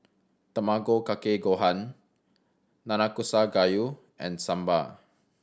Tamago Kake Gohan Nanakusa Gayu and Sambar